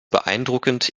beeindruckend